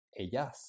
Ellas